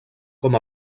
com